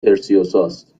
پرسیوساست